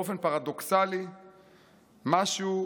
באופן פרדוקסלי-משהו,